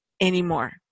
anymore